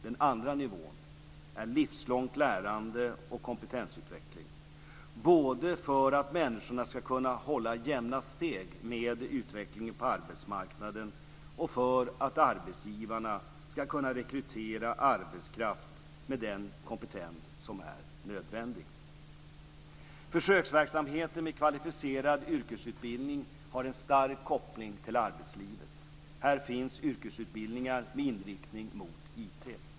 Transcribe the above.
Den andra nivån är livslångt lärande och kompetensutveckling, både för att människorna ska kunna hålla jämna steg med utvecklingen på arbetsmarknaden och för att arbetsgivarna ska kunna rekrytera arbetskraft med den kompetens som är nödvändig. Försöksverksamheten med kvalificerad yrkesutbildning har en stark koppling till arbetslivet. Här finns yrkesutbildningar med inriktning mot IT.